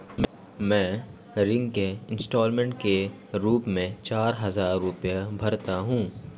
मैं ऋण के इन्स्टालमेंट के रूप में चार हजार रुपए भरता हूँ